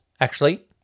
actually-